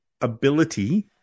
ability